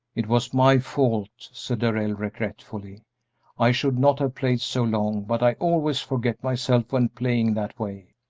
it was my fault, said darrell, regretfully i should not have played so long, but i always forget myself when playing that way.